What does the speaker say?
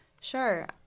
Sure